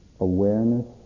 Awareness